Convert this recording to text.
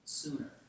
sooner